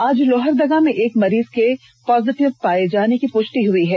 आज लोहरदगा में एक मरीज के पॉजिटिव पाये जाने की पृष्टि हई है